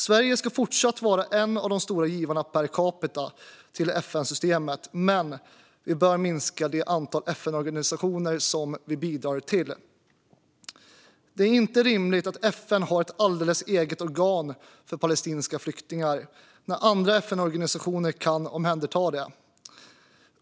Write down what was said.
Sverige ska fortsatt vara en av de stora givarna per capita till FN-systemet, men vi bör minska det antal FN-organisationer som vi bidrar till. Det är till inte rimligt att FN har ett alldeles eget organ för palestinska flyktingar när andra FN-organisationer kan omhänderta det.